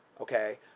okay